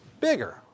Bigger